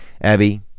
Abby